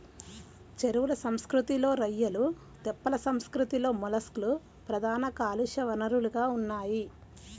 చెరువుల సంస్కృతిలో రొయ్యలు, తెప్పల సంస్కృతిలో మొలస్క్లు ప్రధాన కాలుష్య వనరులుగా ఉన్నాయి